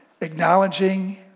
acknowledging